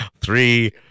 three